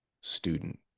student